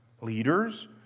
Leaders